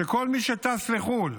שכל מי שטס לחו"ל,